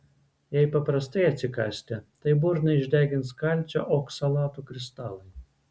jei paprastai atsikąsite tai burną išdegins kalcio oksalatų kristalai